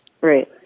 Right